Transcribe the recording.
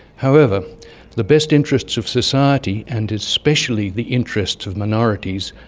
however the best interests of society, and especially the interests of minorities,